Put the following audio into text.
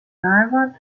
näevad